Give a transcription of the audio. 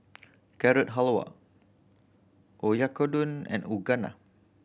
Carrot Halwa Oyakodon and